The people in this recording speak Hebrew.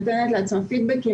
נותנת לעצמה פידבקים,